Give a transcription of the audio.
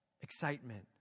excitement